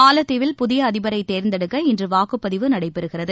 மாலத்தீவில் புதிய அதிபரை தோந்தெடுக்க இன்று வாக்குப்பதிவு நடைபெறுகிறது